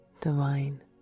divine